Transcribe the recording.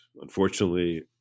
unfortunately